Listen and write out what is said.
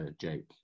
Jake